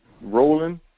rolling